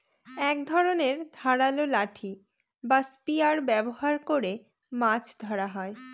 এক ধরনের ধারালো লাঠি বা স্পিয়ার ব্যবহার করে মাছ ধরা হয়